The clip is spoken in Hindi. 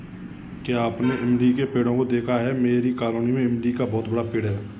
क्या आपने इमली के पेड़ों को देखा है मेरी कॉलोनी में इमली का बहुत बड़ा पेड़ है